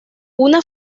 una